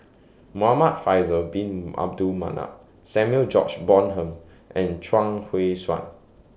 Muhamad Faisal Bin Abdul Manap Samuel George Bonham and Chuang Hui Tsuan